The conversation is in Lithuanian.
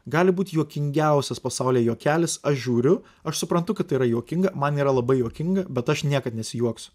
gali būt juokingiausias pasaulyje juokelis aš žiūriu aš suprantu kad tai yra juokinga man yra labai juokinga bet aš niekad nesijuoksiu